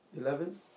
Eleven